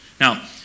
Now